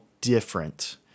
different